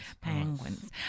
Penguins